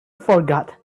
forgot